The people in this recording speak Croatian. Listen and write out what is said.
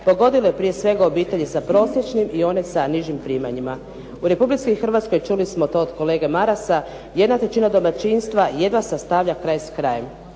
pogodilo je prije svega obitelji sa prosječnim i one sa nižim primanjima. U Republici Hrvatskoj, čuli smo to od kolege Marasa, jedna trećina domaćinstva jedna sastavlja kraj s krajem.